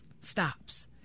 stops